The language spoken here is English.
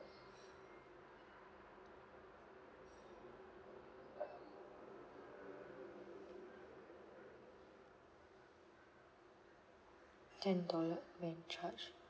ten dollar man charge